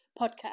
podcast